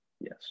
Yes